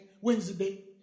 Wednesday